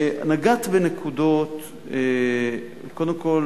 נגעת בנקודות, קודם כול